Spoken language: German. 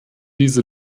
diese